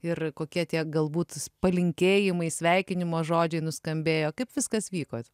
ir kokie tie galbūt palinkėjimai sveikinimo žodžiai nuskambėjo kaip viskas vyko